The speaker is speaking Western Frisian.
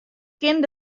kin